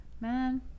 man